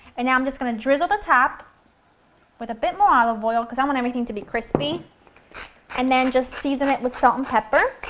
and just going to drizzle the top with a bit more olive oil because i want everything to be crispy and then just season it with salt and pepper.